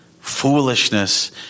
foolishness